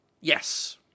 Yes